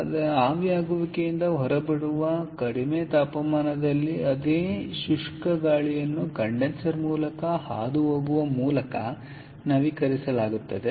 ಆದ್ದರಿಂದ ಆವಿಯಾಗುವಿಕೆಯಿಂದ ಹೊರಬರುವ ಕಡಿಮೆ ತಾಪಮಾನದಲ್ಲಿ ಅದೇ ಶುಷ್ಕ ಗಾಳಿಯನ್ನು ಕಂಡೆನ್ಸರ್ ಮೇಲೆ ಹಾದುಹೋಗುವ ಮೂಲಕ ನವೀಕರಿಸಲಾಗುತ್ತದೆ